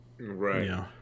right